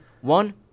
One